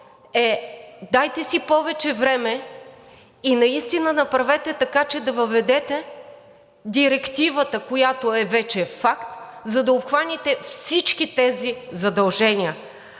– дайте си повече време и наистина направете така, че да въведете директивата, която вече е факт, за да обхванете всички тези задължения,